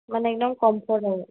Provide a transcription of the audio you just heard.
মানে একদম কমফৰ্ট হয়